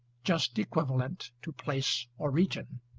just equivalent to place or region.